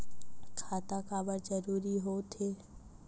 खाता काबर जरूरी हो थे?